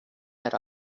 had